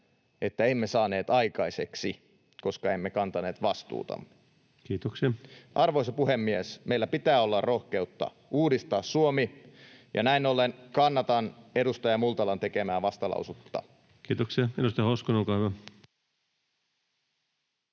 että emme saaneet aikaiseksi, koska emme kantaneet vastuutamme. [Puhemies: Kiitoksia!] Arvoisa puhemies! Meillä pitää olla rohkeutta uudistaa Suomi, ja näin ollen kannatan edustaja Multalan tekemää vastalausetta. [Speech 122] Speaker: Ensimmäinen